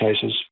cases